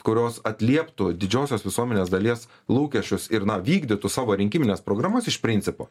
kurios atlieptų didžiosios visuomenės dalies lūkesčius ir na vykdytų savo rinkimines programas iš principo